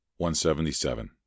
177